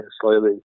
slowly